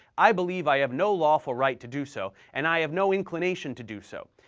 i believe i have no lawful right to do so, and i have no inclination to do so.